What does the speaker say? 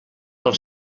pel